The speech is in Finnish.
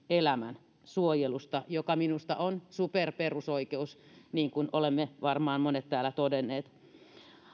elämän suojelusta joka minusta on superperusoikeus niin kuin olemme varmaan monet täällä todenneet